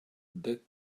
that